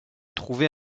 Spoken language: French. trouver